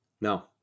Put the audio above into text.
no